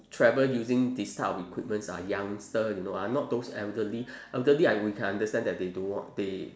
travel using this type of equipments are youngster you know ah not those elderly elderly I we can understand that they don't want they